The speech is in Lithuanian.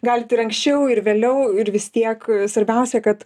galit ir anksčiau ir vėliau ir vis tiek svarbiausia kad